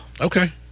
Okay